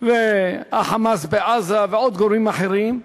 ושל ה"חמאס" בעזה ועוד גורמים אחרים,